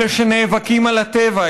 אלה שנאבקים על הטבע,